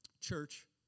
Church